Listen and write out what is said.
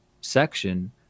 section